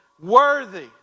worthy